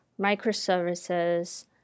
microservices